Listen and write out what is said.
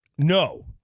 No